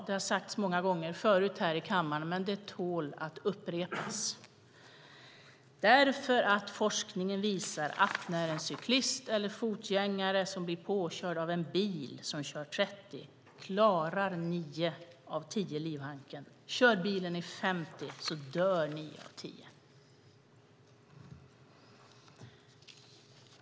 Det har sagts många gånger förut här i kammaren, men det tål att upprepas: Forskningen visar att när en cyklist eller fotgängare blir påkörd av en bil som kör i 30 kilometer per timme klarar nio av tio livhanken; kör bilen i 50 dör nio av tio.